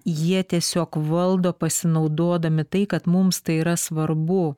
jie tiesiog valdo pasinaudodami tai kad mums tai yra svarbu